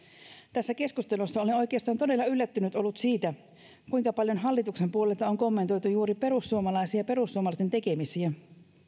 tässä keskustelussa olen oikeastaan todella yllättynyt ollut siitä kuinka paljon hallituksen puolelta on kommentoitu juuri perussuomalaisia ja perussuomalaisten tekemisiä